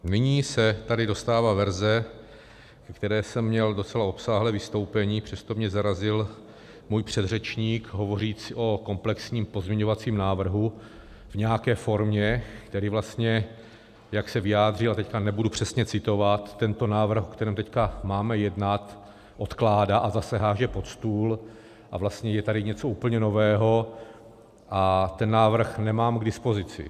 Nyní se tady dostává verze, ke které jsem měl docela obsáhlé vystoupení, přesto mě zarazil můj předřečník hovořící o komplexním pozměňovacím návrhu v nějaké formě, který vlastně, jak se vyjádřil, a teď nebudu přesně citovat, tento návrh, o kterém teď máme jednat, odkládá a zase hází pod stůl, a vlastně je tady něco úplně nového a ten návrh nemám k dispozici.